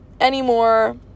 anymore